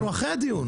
אנחנו אחרי הדיון.